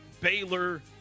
Baylor-